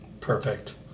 perfect